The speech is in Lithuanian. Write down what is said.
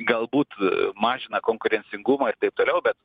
galbūt mažina konkurencingumą ir taip toliau bet